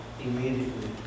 immediately